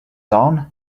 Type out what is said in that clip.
down